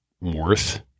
worth